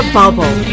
bubble